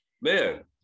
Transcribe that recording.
Man